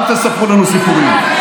אל תספרו לנו סיפורים.